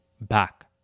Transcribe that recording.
back